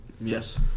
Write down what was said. Yes